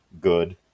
good